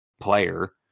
player